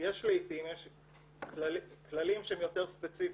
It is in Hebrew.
יש כללים שהם יותר ספציפיים,